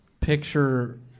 picture